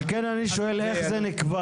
הדרכון הקבוע --- על כן אני שואל איך זה נקבע.